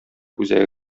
үзәге